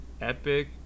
Epic